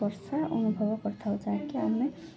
ବର୍ଷା ଅନୁଭବ କରିଥାଉ ଯାହାକି ଆମେ